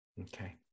Okay